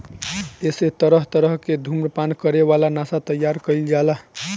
एसे तरह तरह के धुम्रपान करे वाला नशा तइयार कईल जाला